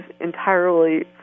entirely